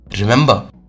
Remember